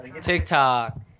TikTok